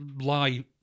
lie